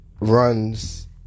runs